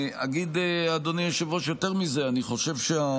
אגיד, אדוני היושב-ראש, יותר מזה, אני חושב